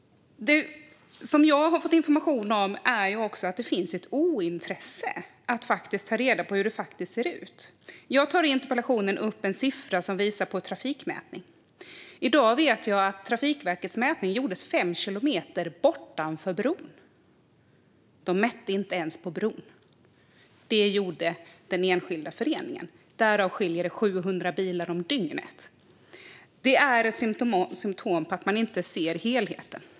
Jag har också fått information som visar att det finns ett ointresse för att ta reda på hur det ser ut. Jag tar i interpellationen upp siffror från trafikmätningar. I dag vet jag att Trafikverkets mätning gjordes fem kilometer bortanför bron. De mätte inte ens på bron, vilket den enskilda föreningen gjorde. Därav skiljer det 700 bilar om dygnet. Det är ett symtom på att man inte ser helheten.